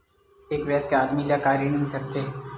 एक वयस्क आदमी ला का ऋण मिल सकथे?